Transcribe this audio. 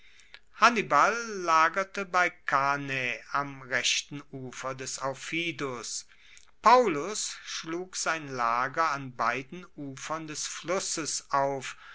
hannibal lagerte bei cannae am rechten ufer des aufidus paullus schlug sein lager an beiden ufern des flusses auf